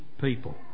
people